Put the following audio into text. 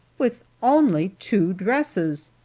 with only two dresses.